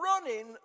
running